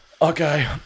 okay